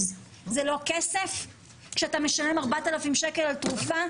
זה לא כסף כשאתה משלם 4,000 שקל על תרופה?